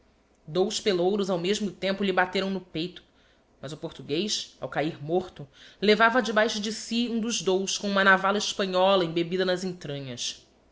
a terra dous pelouros ao mesmo tempo lhe bateram no peito mas o portuguez ao cahir morto levava debaixo de si um dos dous com uma navalha hespanhola embebida nas entranhas